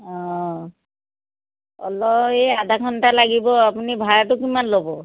অঁ অলপ এই আধা ঘণ্টা লাগিব আপুনি ভাড়াটো কিমান ল'ব